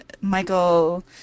Michael